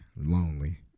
lonely